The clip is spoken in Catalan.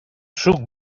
suc